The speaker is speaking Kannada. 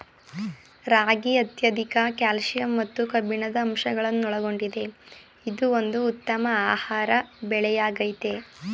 ರಾಗಿ ಅತ್ಯಧಿಕ ಕ್ಯಾಲ್ಸಿಯಂ ಮತ್ತು ಕಬ್ಬಿಣದ ಅಂಶಗಳನ್ನೊಳಗೊಂಡಿದೆ ಇದು ಒಂದು ಉತ್ತಮ ಆಹಾರ ಬೆಳೆಯಾಗಯ್ತೆ